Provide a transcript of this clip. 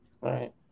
right